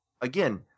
again